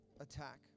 attack